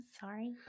Sorry